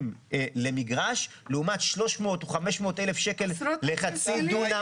לעומת 300,000 או 500,000 לחצי דונם